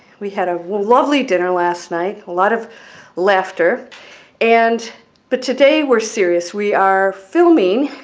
we had a lovely dinner last night a lot of laughter and but today we're serious. we are filming.